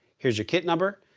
here's your kit number.